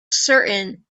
certain